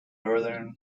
northern